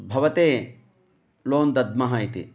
भवते लोन् दद्मः इति